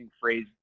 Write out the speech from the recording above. phrase